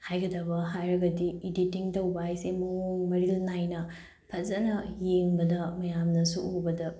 ꯍꯥꯏꯒꯗꯕ ꯍꯥꯏꯔꯒꯗꯤ ꯏꯗꯤꯇꯤꯡ ꯇꯧꯕ ꯍꯥꯏꯁꯦ ꯃꯑꯣꯡ ꯃꯔꯤꯜ ꯅꯥꯏꯅ ꯐꯖꯅ ꯌꯦꯡꯕꯗ ꯃꯌꯥꯝꯅꯁꯨ ꯎꯕꯗ